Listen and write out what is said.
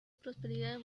prosperidad